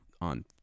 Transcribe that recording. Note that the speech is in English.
on